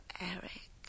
Eric